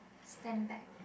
stand back